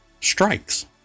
strikes